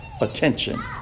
attention